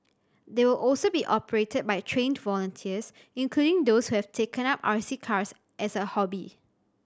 they will also be operated by trained volunteers including those who have taken up R C cars as a hobby